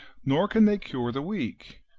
nor can they cure the weak,